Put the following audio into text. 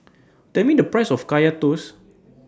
Tell Me The Price of Kaya Toast